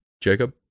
Jacob